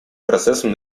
процессом